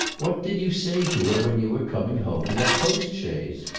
what did you say to her when you were coming home in that postchaise?